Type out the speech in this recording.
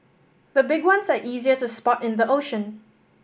the big ones are easier to spot in the ocean